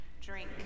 Drink